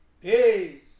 Peace